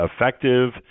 effective